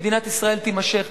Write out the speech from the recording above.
עם מדינת ישראל תימשך,